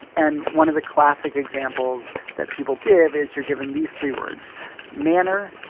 and one of the classic examples that people give is you're given these three words manner,